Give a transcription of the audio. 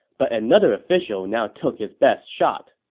but another official now took his best shot